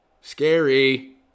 Scary